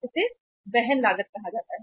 इसे वहन लागत कहा जाता है